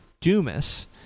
Dumas